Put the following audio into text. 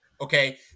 okay